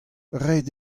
ret